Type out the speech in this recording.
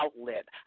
outlet